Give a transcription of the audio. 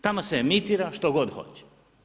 Tamo se emitira što god hoće.